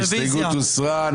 ההסתייגות הוסרה.